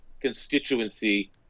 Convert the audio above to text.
constituency